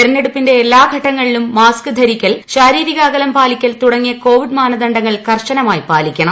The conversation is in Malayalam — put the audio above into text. തെരഞ്ഞെടുപ്പിന്റെ എല്ലാ ഘട്ടങ്ങളിലും മാസ്ക് ധരിക്കൽ ശാരീരിക അകലം പാലിക്കൽ തുടങ്ങിയ കോവിഡ് മാനദണ്ഡങ്ങൾ കർശനമായി പാലിക്കണം